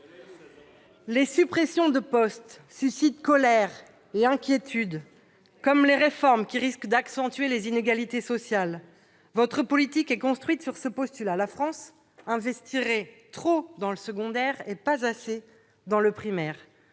Les suppressions de postes suscitent colère et inquiétude, comme les réformes qui risquent d'accentuer les inégalités sociales. Votre politique est construite sur ce postulat : la France investirait trop dans le secondaire et pas assez dans le primaire.